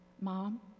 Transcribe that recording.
Mom